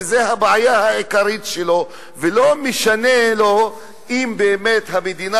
וזה הבעיה העיקרית שלו ולא משנה לו אם באמת המדינה